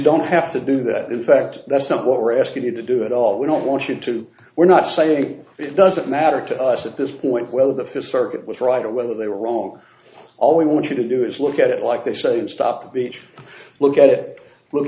don't have to do that in fact that's not what we're asking you to do it all we don't want you to we're not saying it doesn't matter to us at this point whether the fifth circuit was right or whether they were wrong all we want you to do is look at it like they say and stop the look at it look